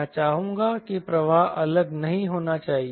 मैं चाहूंगा कि प्रवाह अलग नहीं होना चाहिए